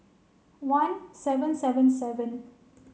one seven seven seven